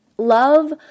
Love